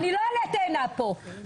--- אני לא עלה תאנה פה.